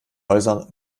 häuser